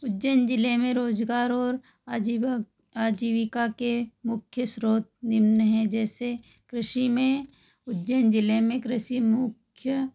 उज्जैन जिले में रोजगार और आजीविका के मुख्य स्रोत निम्न हैं जैसे कृषि में उज्जैन जिले में कृषि मुख्य